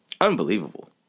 Unbelievable